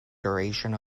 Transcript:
duration